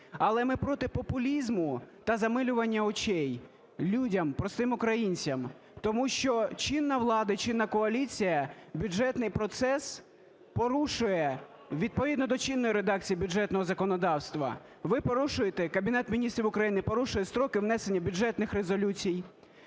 Але ми проти популізму та замилювання очей людям - простим українцям, тому що чинна влада і чинна коаліція бюджетний процес порушує. Відповідно до чинної редакції бюджетного законодавства ви порушуєте, Кабінет Міністрів України порушує строки внесення бюджетних резолюцій,